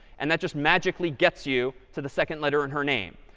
and that just magically gets you to the second letter in her name.